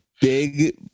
big